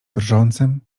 drżącym